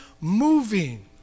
moving